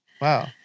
wow